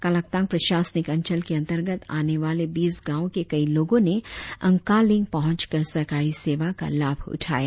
कालाकतांग प्रशासनिक अंचल के अंतर्गत आने वाले बीस गाँवों के कई लोगों ने अंकालिंग पहुंचकर सरकारी सेवा का लाभ उठाया